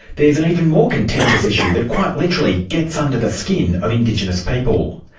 there's an even more contentious issue that quite literally gets under the skin of indigenous people.